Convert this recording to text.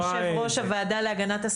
יושב-ראש הוועדה להגנת הסביבה.